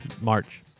March